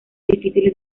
difíciles